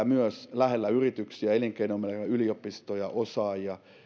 myös suomessa lähellä yrityksiä elinkeinoelämää yliopistoja osaajia